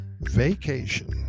Vacation